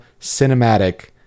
cinematic